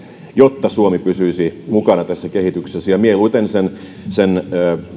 jotta suomi pysyisi mukana tässä kehityksessä ja mieluiten sen sen